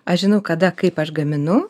aš žinau kada kaip aš gaminu